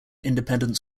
independent